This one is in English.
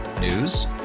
News